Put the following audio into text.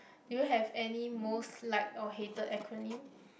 do you have any most liked or hated acronym